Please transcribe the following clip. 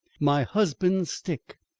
my husband's stick!